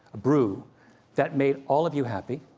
a brew that made all of you happy,